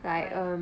why